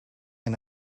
and